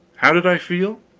how did i feel?